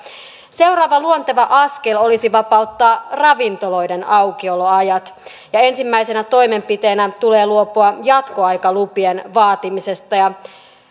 seuraava luonteva askel olisi vapauttaa ravintoloiden aukioloajat ja ensimmäisenä toimenpiteenä tulee luopua jatkoaikalupien vaatimisesta